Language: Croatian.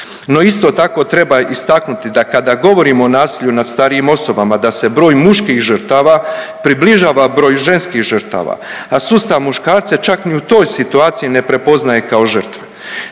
No isto tako treba istaknuti da kada govorimo o nasilju nad starijim osobama da se broj muških žrtava približava broju ženskih žrtava, a sustav muškarce čak ni u toj situaciji ne prepoznaje kao žrtve.